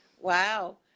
Wow